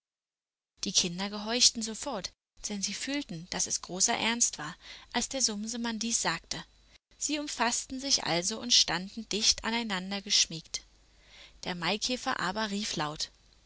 die kinder gehorchten sofort denn sie fühlten daß es großer ernst war als der sumsemann dies sagte sie umfaßten sich also und standen dicht aneinandergeschmiegt der maikäfer aber rief laut